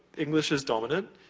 english is dominant.